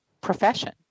profession